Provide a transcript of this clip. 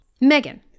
Megan